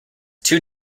two